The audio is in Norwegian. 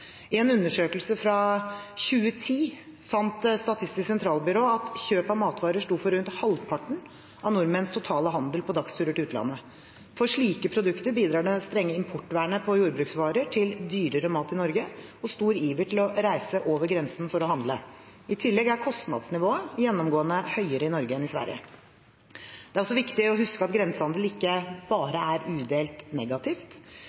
sto for rundt halvparten av nordmenns totale handel på dagsturer til utlandet. For slike produkter bidrar det strenge importvernet på jordbruksvarer til dyrere mat i Norge og stor iver etter å reise over grensen for å handle. I tillegg er kostnadsnivået gjennomgående høyere i Norge enn i Sverige. Det er også viktig å huske at grensehandel ikke bare er udelt negativt.